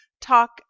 talk